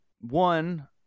one